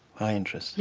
high interest? yeah,